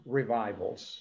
revivals